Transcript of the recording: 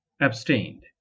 abstained